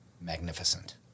magnificent